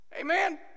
Amen